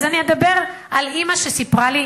אז אני אדבר על אמא שסיפרה לי,